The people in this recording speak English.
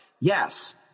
Yes